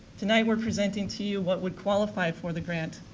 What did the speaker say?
tonight we're presenting to you what would qualify for the grant.